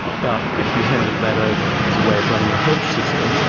but if you handed that over as a way of running a health system,